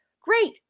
great